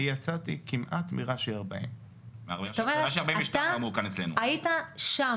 אני יצאתי כמעט מרש"י 40. זאת אומרת אתה היית שם,